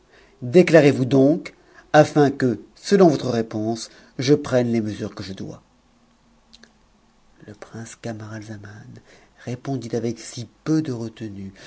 hrex yous donc a in que selon votre réponse je prenne les mesures uc je dois le prince camaralzaman répondit avec si peu de retenue